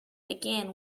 again